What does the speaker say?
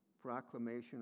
proclamation